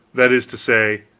that is to say,